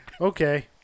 Okay